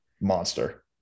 monster